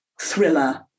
thriller